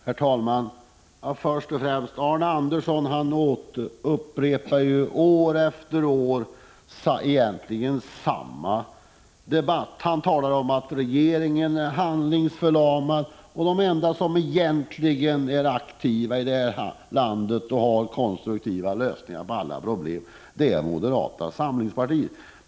Herr talman! Arne Andersson i Ljung upprepar år efter år samma debatt. Han talar om att regeringen är handlingsförlamad och att de enda som egentligen är aktiva i det här landet och har konstruktiva lösningar på alla problem, det är moderaterna.